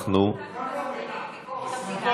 ביקורת המדינה.